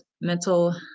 mental